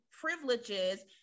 privileges